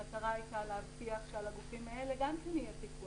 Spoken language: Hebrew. המטרה הייתה להבטיח שעל הגופים האלה גם יהיה פיקוח.